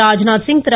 Rajnath Singh Thiru